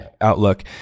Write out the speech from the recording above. outlook